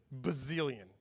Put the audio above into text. bazillion